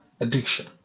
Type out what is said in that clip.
addiction